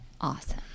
awesome